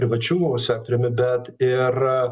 privačiu sektoriumi bet ir